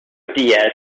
diaz